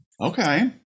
Okay